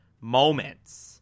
moments